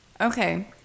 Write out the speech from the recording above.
Okay